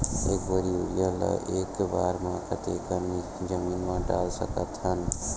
एक बोरी यूरिया ल एक बार म कते कन जमीन म डाल सकत हन?